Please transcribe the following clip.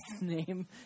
name